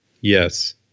Yes